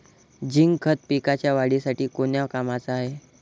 Zinc खत पिकाच्या वाढीसाठी कोन्या कामाचं हाये?